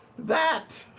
that.